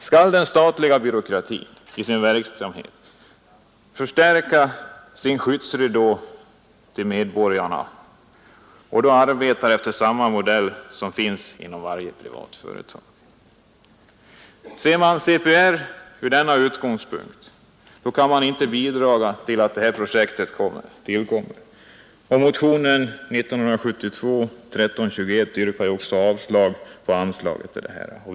Skall den statliga byråkratin i sin verksamhet förstärka sin skyddsridå mot medborgarna och arbeta efter samma modell som finns inom varje privat företag? Ser man CPR från denna utgångspunkt kan man inte bidraga till att det här projektet genomförs. Motionen 1321 yrkar också avslag på beviljande av anslag.